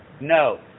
No